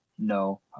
No